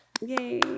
Yay